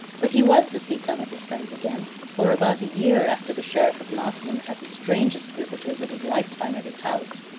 but he was to see some of his friends again, for about a year after the sheriff of nottingham had the strangest visitors of his life-time at his house,